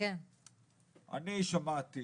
אני שמעתי